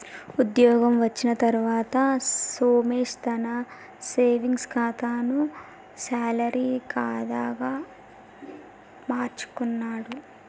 ఉద్యోగం వచ్చిన తర్వాత సోమేశ్ తన సేవింగ్స్ కాతాను శాలరీ కాదా గా మార్చుకున్నాడు